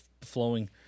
flowing